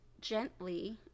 gently